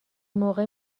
موقع